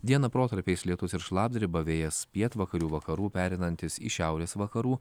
dieną protarpiais lietus ir šlapdriba vėjas pietvakarių vakarų pereinantis į šiaurės vakarų